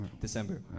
December